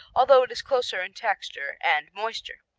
although it is closer in texture and moister.